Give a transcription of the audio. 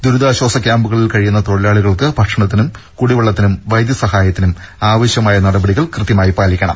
ദുരിതാശ്വാസ ക്യാമ്പുകളിൽ കഴിയുന്ന തൊഴിലാളികൾക്ക് ഭക്ഷണത്തിനും കുടിവെള്ളത്തിനും വൈദ്യസഹായത്തിനും ആവശ്യമായ നടപടികൾ കൃത്യമായി പാലിക്കണം